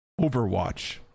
overwatch